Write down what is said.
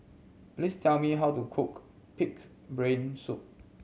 please tell me how to cook Pig's Brain Soup